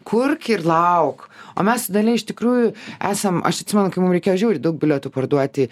kurk ir lauk o mes su dalia iš tikrųjų esam aš atsimenu kai mums reikėjo žiauriai daug bilietų parduoti